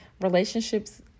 relationships